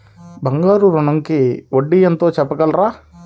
బంగారు ఋణంకి వడ్డీ ఎంతో చెప్పగలరా?